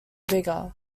bigger